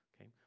Okay